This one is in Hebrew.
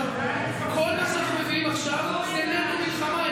כל מה שאנחנו מביאים עכשיו זה נטו מלחמה,